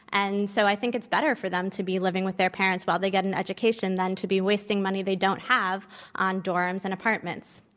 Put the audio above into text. and so, i think it's better for them to be living with their parents while they get an education than to be wasting money they don't have on dorms and apartments.